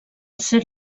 ser